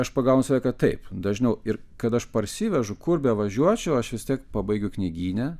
aš pagaunu save kad taip dažniau ir kad aš parsivežu kur bevažiuočiau aš vis tiek pabaigiu knygyne